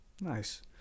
Nice